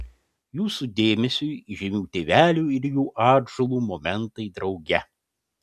jūsų dėmesiui įžymių tėvelių ir jų atžalų momentai drauge